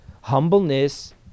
humbleness